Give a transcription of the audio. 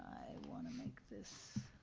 wanna make this.